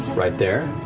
right there.